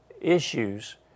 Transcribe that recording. issues